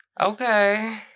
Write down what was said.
Okay